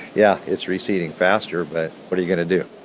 yeah, it's receding faster, but what are you going to do?